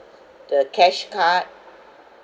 the cashcard